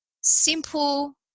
simple